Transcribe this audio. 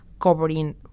covering